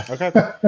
Okay